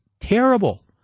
terrible